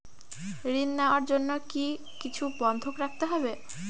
ঋণ নেওয়ার জন্য কি কিছু বন্ধক রাখতে হবে?